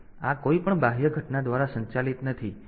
તેથી આ કોઈપણ બાહ્ય ઘટના દ્વારા સંચાલિત નથી